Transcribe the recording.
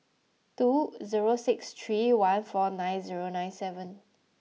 two zero six three one four nine zero nine seven